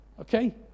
okay